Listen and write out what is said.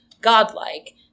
godlike